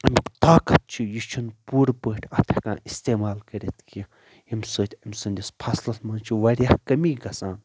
امیُک طاقت چھُ یہِ چھنہٕ پوٗرٕ پٲٹھۍ اَتھ ہٮ۪کان استعمال کٔرِتھ کیٚنہہ ییٚمہِ سۭتۍ أمہِ سٕندِس فصلس منٛز چھُ وارِیاہ کٔمی گژھان